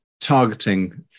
Targeting